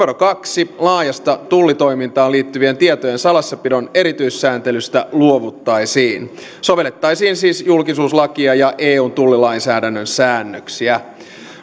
kaksi laajasta tullitoimintaan liittyvien tietojen salassapidon erityissääntelystä luovuttaisiin sovellettaisiin siis julkisuuslakia ja eun tullilainsäädännön säännöksiä